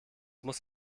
muss